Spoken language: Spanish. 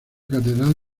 catedral